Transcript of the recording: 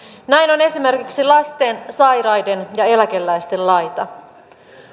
näin on esimerkiksi lasten sairaiden ja eläkeläisten laita